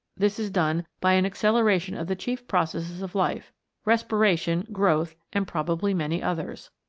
this is done by an acceleration of the chief processes of life respiration, growth, and probably many others.